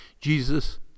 Jesus